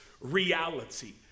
reality